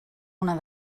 una